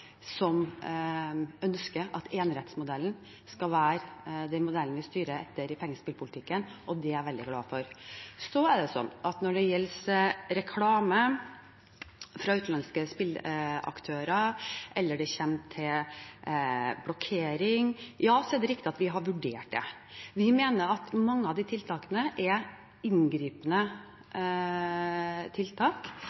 som ønsker at enerettsmodellen skal være den modellen vi styrer etter i pengespillpolitikken, og det er jeg veldig glad for. Når det gjelder reklame fra utenlandske pengespillaktører, eller når det kommer til blokkering, så er det riktig at vi har vurdert det. Vi mener at mange av de tiltakene er inngripende